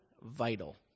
vital